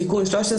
תיקון תקנה 13